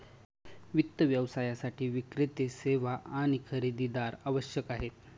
वित्त व्यवसायासाठी विक्रेते, सेवा आणि खरेदीदार आवश्यक आहेत